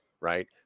right